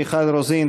מיכל רוזין,